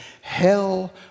hell